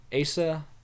Asa